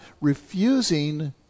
refusing